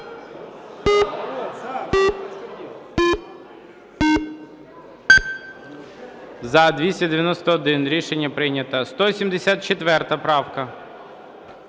За-291 Рішення прийнято. 174 правка.